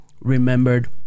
remembered